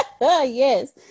yes